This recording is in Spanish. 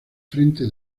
frente